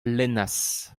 lennas